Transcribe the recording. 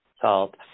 salt